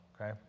okay